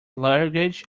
luggage